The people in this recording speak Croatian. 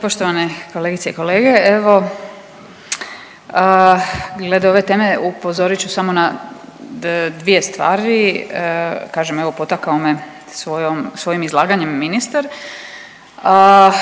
Poštovane kolegice i kolege. Evo glede ove teme upozorit ću samo na dvije stvari, kažem evo potakao me svojim izlaganjem ministar.